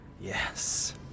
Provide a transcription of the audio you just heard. Yes